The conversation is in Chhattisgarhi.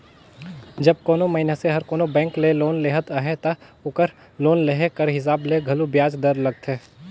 जब कोनो मइनसे हर कोनो बेंक ले लोन लेहत अहे ता ओकर लोन लेहे कर हिसाब ले घलो बियाज दर लगथे